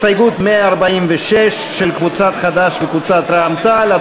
על הסתייגות 146 של קבוצת חד"ש וקבוצת רע"ם-תע"ל-מד"ע.